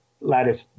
lattice